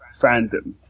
fandom